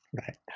Right